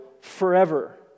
forever